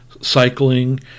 cycling